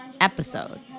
episode